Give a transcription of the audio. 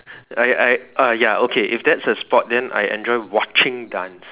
I I ah ya okay if that's a sport then I enjoy watching dance